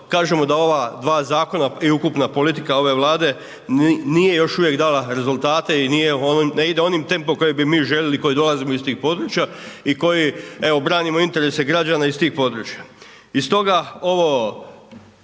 kažemo da ova dva zakona i ukupna politika ove Vlade nije još uvijek dala rezultate i ne ide onim tempom kojim bi mi željeli koji dolazimo iz tih područja i koji evo branimo interese građana iz tih područja. I stoga ovo